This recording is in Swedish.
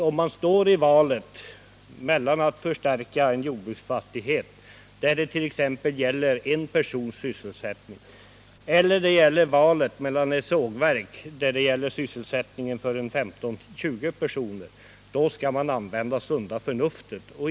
Om man står i valet mellan att förstärka en jordbruksfastighet där det t.ex. gäller en persons sysselsättning, eller ett sågverk som har sysselsättning för 15-20 personer, då skall man använda sunda förnuftet.